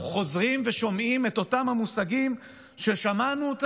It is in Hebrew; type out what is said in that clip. אנחנו חוזרים ושומעים את אותם המושגים ששמענו,